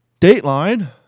Dateline